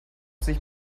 sich